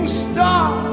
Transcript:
star